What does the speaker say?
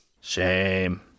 Shame